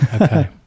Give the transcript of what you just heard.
Okay